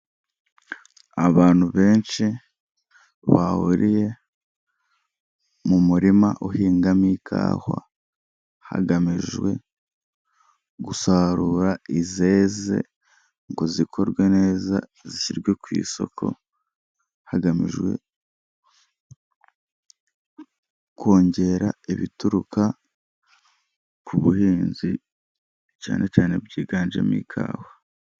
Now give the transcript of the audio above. Abantu benshi bahuriye mu murima uhingamo ikawa, hagamijwe gusarura izeze ngo zikorwe neza zishyirwe ku isoko, hagamijwe kongera ibituruka ku buhinzi, cyane cyane byiganjemo ikawa.